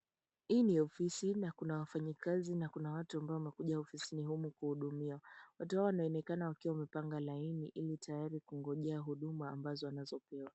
Hii ni ofisi na kuna wafanyikazi na kuna watu ambao wamekuja ofisini humu kuhudumiwa. Watu hawa wanaonekana wakiwa wamepanga laini ili tayari kungojea huduma ambazo wanazopewa.